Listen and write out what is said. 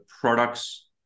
products